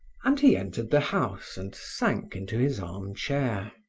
and he entered the house and sank into his armchair.